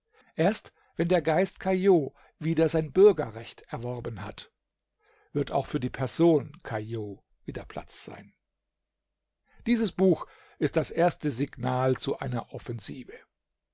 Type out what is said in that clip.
erst wenn der geist caillaux wieder sein bürgerrecht erworben hat wird auch für die person caillaux wieder platz sein dieses buch ist das erste signal zu einer offensive